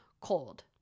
cold